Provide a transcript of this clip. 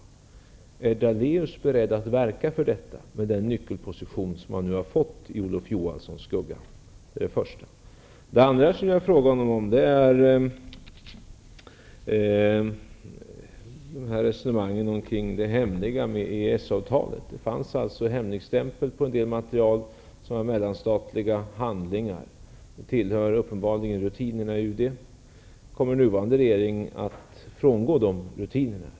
Är Lennart Daléus beredd att verka för detta utifrån den nyckelposition som han nu har fått i Olof Johanssons skugga? Det var min första fråga. Min andra fråga handlar om det som var hemligt kring EES-avtalet. En del material, mellanstatliga handlingar, var alltså hemligstämplat. Det tillhör uppenbarligen rutinerna i UD. Kommer den nuvarande regeringen att frångå dessa rutiner?